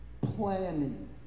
planning